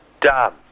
done